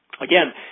Again